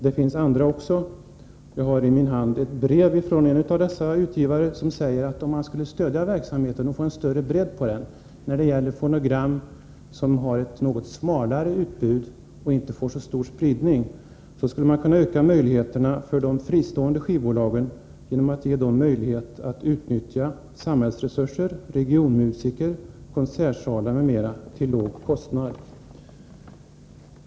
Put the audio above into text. Det finns även andra organisationer som arbetar med sådan utgivning. Jag har i min hand ett brev från en av dessa utgivare, som säger att om man ville stödja verksamheten för att få en större bredd på den när det gäller fonogram som har ett begränsat utbud och inte får så stor spridning, skulle man kunna öka möjligheterna för de fristående bolagen genom att erbjuda dem att utnyttja samhällsresurser — regionsmusiker, konsertsalar m.m. — till låga priser.